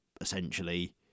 essentially